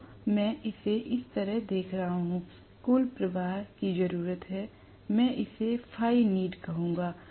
तो मैं इसे इस तरह देख रहा हूं कुल प्रवाह की जरूरत है मैं इसे Φneeded कहूंगा